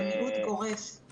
זה מיעוט גורף.